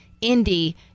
Indy